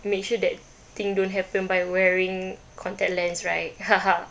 make sure that thing don't happen by wearing contact lens right